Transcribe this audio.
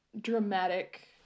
dramatic